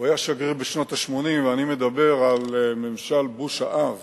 הוא היה שגריר בשנות ה-80 ואני מדבר על ממשל בוש האב